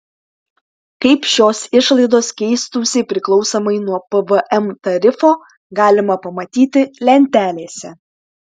kaip šios išlaidos keistųsi priklausomai nuo pvm tarifo galima pamatyti lentelėse